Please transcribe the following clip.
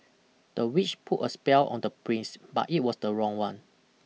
the witch put a spell on the prince but it was the wrong one